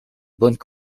bonnes